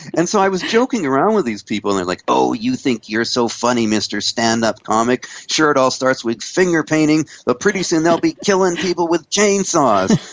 and so i was joking around with these people, they're like, oh, you think you're so funny mr stand-up comic, sure it all starts with finger painting, but pretty soon they'll be killing people with chainsaws.